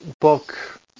book